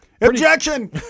Objection